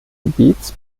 gebiets